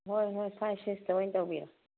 ꯍꯣꯏ ꯍꯣꯏ ꯐꯥꯏꯚ ꯁꯤꯛꯁꯇ ꯑꯣꯏꯅ ꯇꯧꯕꯤꯔꯣ